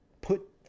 put